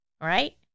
right